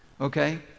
okay